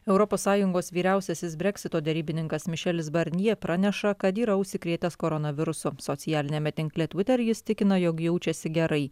europos sąjungos vyriausiasis breksito derybininkas mišelis barnjie praneša kad yra užsikrėtęs koronavirusu socialiniame tinkle twitter jis tikino jog jaučiasi gerai